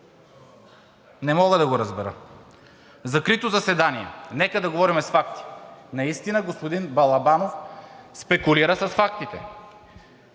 Не мога да го разбера. Закрито заседание – нека да говорим с факти. Наистина господин Балабанов спекулира с фактите.